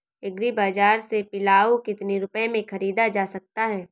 Agree बाजार से पिलाऊ कितनी रुपये में ख़रीदा जा सकता है?